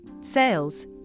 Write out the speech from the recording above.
sales